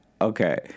okay